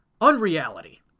unreality